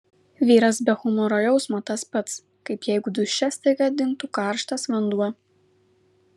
vyras be humoro jausmo tas pats kaip jeigu duše staiga dingtų karštas vanduo